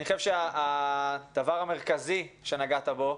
אני חושב שהדבר המרכזי שנגעת בו,